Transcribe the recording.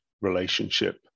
relationship